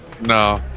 No